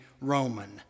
Roman